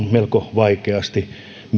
vaikeasti aukeavaa